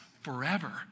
forever